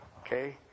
okay